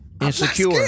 insecure